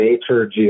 Nature